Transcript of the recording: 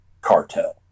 cartel